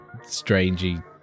strangey